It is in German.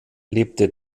lebte